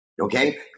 okay